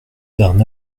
d’un